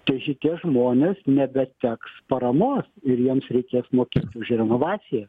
tai šitie žmonės nebeteks paramos ir jiems reikės mokėti už renovaciją